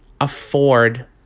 afford